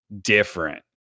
different